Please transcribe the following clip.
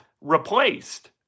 replaced